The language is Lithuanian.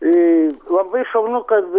ee labai šaunu kad